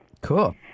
Cool